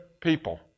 people